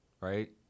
right